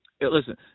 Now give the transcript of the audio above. listen